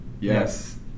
Yes